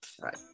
right